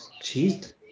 cheese